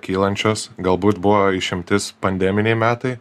kylančios galbūt buvo išimtis pandeminiai metai